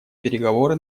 переговоры